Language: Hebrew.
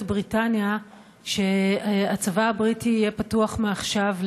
בריטניה שהצבא הבריטי יהיה פתוח מעכשיו,